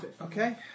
Okay